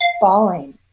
falling